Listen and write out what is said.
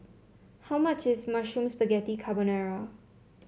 how much is Mushroom Spaghetti Carbonara